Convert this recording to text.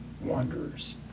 wanderers